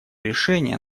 решение